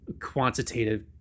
quantitative